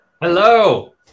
Hello